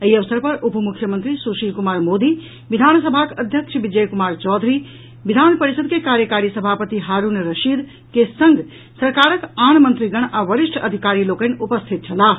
एहि अवसर पर उप मुख्यमंत्री सुशील कुमार मोदी विधान सभाक अध्यक्ष विजय कुमार चौधरी विधान परिषद के कार्यकारी सभापति हारूण रशीद के संग सरकारक आन मंत्रिगण आ वरिष्ठ अधिकारी लोकनि उपस्थित छलाह